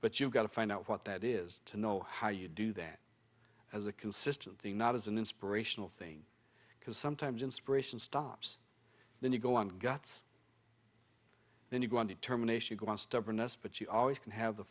but you've got to find out what that is to know how you do that as a consistent thing not as an inspirational thing because sometimes inspiration stops then you go on guts then you go on determination go on stubbornness but you always can have the